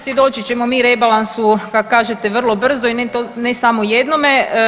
Svjedočit ćemo mi rebalansu kako kažete vrlo brzo i ne samo jednome.